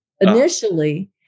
initially